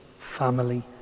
family